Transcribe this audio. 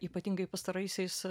ypatingai pastaraisiais